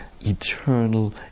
eternal